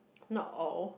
not all